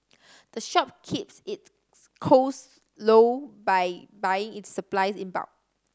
the shop keeps its costs low by buying its supplies in bulk